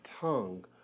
tongue